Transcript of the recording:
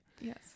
Yes